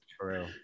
True